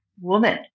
woman